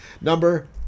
number